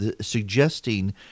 suggesting